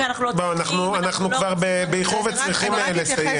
אנחנו כבר באיחור וצריכים לסיים.